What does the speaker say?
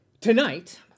tonight